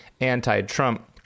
anti-Trump